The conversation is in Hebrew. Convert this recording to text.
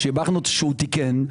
ששיבחנו שהוא תיקן,